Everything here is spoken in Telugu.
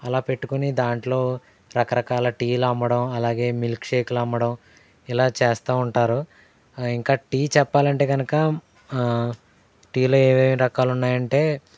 అలా పెట్టుకొని దాంట్లో రకరకాల టీలు అమ్మడం అలాగే మిల్క్ షేక్లు అమ్మడం ఇలా చేస్తూ ఉంటారు ఇంకా టీ చెప్పాలంటే కనుక టీలో ఏవేవి రకాలు ఉన్నాయంటే